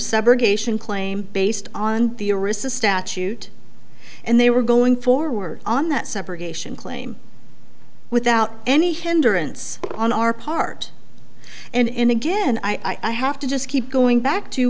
subrogation claim based on theorists a statute and they were going forward on that separation claim without any hindrance on our part and in again i have to just keep going back to